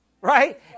Right